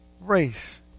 race